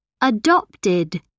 Adopted